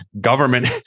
government